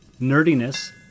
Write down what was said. nerdiness